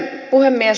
puhemies